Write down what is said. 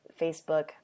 Facebook